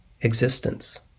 existence